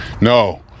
No